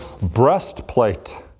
breastplate